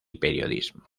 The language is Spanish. periodismo